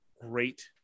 great